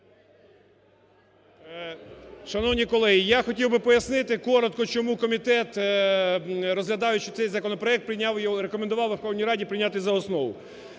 Шановні колеги, я хотів би пояснити коротко, чому комітет, розглядаючи цей законопроект, рекомендував Верховній Раді прийняти за основу.